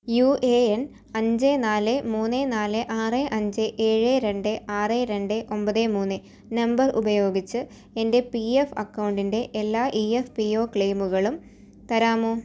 U A N അഞ്ച് നാല് മൂന്ന് നാല് ആറ് അഞ്ച് ഏഴ് രണ്ട് ആറ് രണ്ട് ഒൻപത് മൂന്ന് നമ്പർ ഉപയോഗിച്ച് എൻ്റെ പി എഫ് അക്കൗണ്ടിൻ്റെ എല്ലാ ഇ എഫ് പി ഒ ക്ലെയിമുകളും തരാമോ